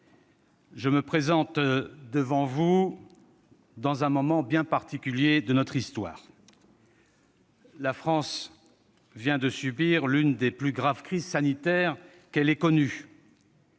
Je me présente devant vous dans un moment bien particulier de notre histoire. La France vient de subir l'une des plus graves crises sanitaires qu'elle ait connues.